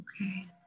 Okay